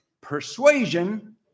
persuasion